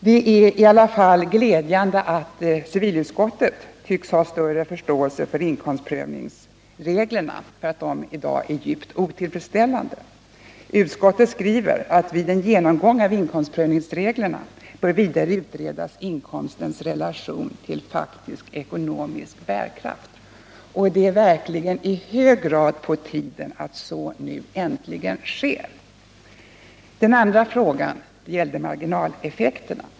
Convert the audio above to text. Det är i alla fall glädjande att civilutskottet tycks ha större insikt om att inkomstprövningsreglerna i dag är djupt otillfredsställande. Utskottet skriver: ”Vid en genomgång av inkomstprövningsreglerna bör vidare utredas inkomstens relation till faktisk ekonomisk bärkraft, ———-.” Det är verkligen i hög grad på tiden att så nu äntligen sker. Den andra frågan gällde marginaleffekterna.